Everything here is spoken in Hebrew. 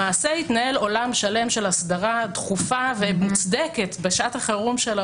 למעשה התנהל עולם שלם של הסדרה דחופה ומוצדקת בשעת החירום שלה